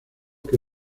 que